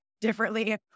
differently